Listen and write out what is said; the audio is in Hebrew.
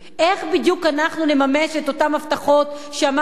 איך בדיוק אנחנו נממש את אותן הבטחות שאמר ראש